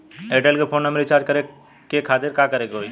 Airtel के phone number recharge करे के खातिर का करे के होई?